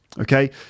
Okay